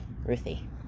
Ruthie